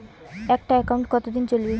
একটা একাউন্ট কতদিন চলিবে?